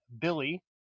Billy